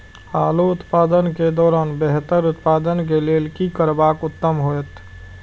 आलू उत्पादन के दौरान बेहतर उत्पादन के लेल की करबाक उत्तम होयत?